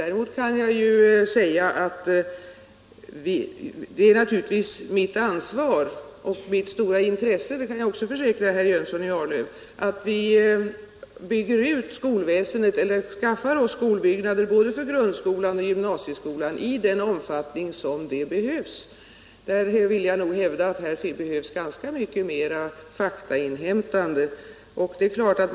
Däremot kan jag säga att det är naturligtvis mitt ansvaroch även mitt stora intresse, det kan jag försäkra herr Jönsson — att vi skaffar oss de skolbyggnader som behövs för både grundskolan och gymnasieskolan, men jag vill hävda att vi där behöver inhämta ganska mycket faktiska uppgifter ytterligare.